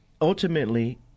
ultimately